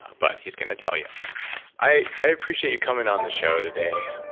but he's going to tell you i i appreciate you coming on the show today,